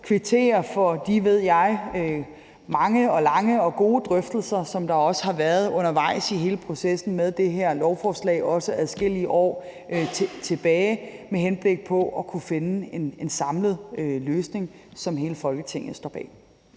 kvittere for de, ved jeg, mange lange og gode drøftelser, som der også har været undervejs i hele processen med det her lovforslag, også for adskillige år tilbage, med henblik på at kunne finde en samlet løsning, som hele Folketinget står bag.